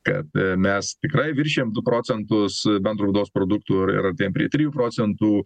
kad mes tikrai viršijam du procentus bendro vidaus produkto ir artėjam prie trijų procentų